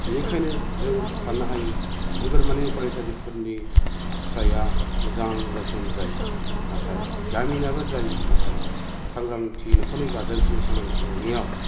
बिनिखायनो जों सान्नो हायो नोगोरमानि फरायसालिफोरनि फिथाइया मोजां रोखोम जायो नाथाय गामिनाबो जायो नाथाय सांग्रांथि नखरनि गारजेनफोरनि सांग्रांथि नङियाव